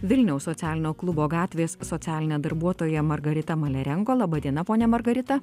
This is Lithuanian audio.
vilniaus socialinio klubo gatvės socialine darbuotoja margarita malerenko laba diena ponia margarita